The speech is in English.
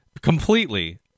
Completely